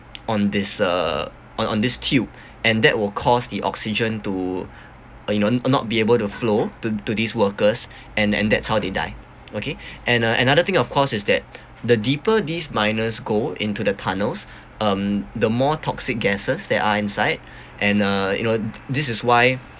on this err on on this tube and that will cause the oxygen to uh not be able to flow to to these workers and and that's how they die okay and uh another thing of course is that the deeper these miners go into the tunnels um the more toxic gases that are inside and uh you know this is why